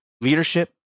leadership